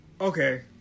okay